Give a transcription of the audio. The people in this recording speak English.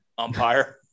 umpire